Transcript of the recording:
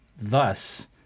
Thus